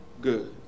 good